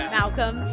Malcolm